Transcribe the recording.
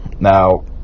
Now